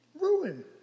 Ruin